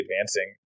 advancing